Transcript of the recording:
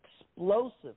explosive